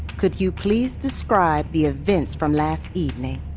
could you please describe the events from last evening?